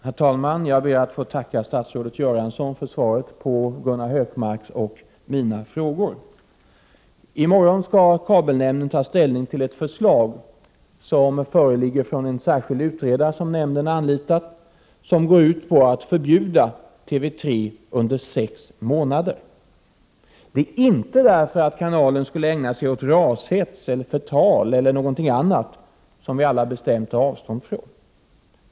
Herr talman! Jag ber att få tacka statsrådet Göransson för svaret på Gunnar Hökmarks och mina frågor. I morgon skall kabelnämnden ta ställning till ett förslag som föreligger från en särskild utredare som nämnden anlitat. Förslaget går ut på att förbjuda TV 3 under sex månader. Det sker inte därför att kanalen skulle ägna sig åt rashets, förtal eller någonting annat som vi alla bestämt tar avstånd från.